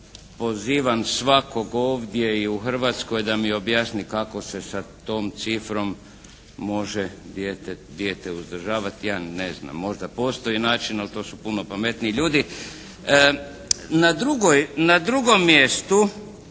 pozivam svakog ovdje i u Hrvatskoj da mi objasni kako se sa tom cifrom može dijete uzdržavati, ja ne znam možda postoji načina, ali to su puno pametniji ljudi. Na drugom mjestu,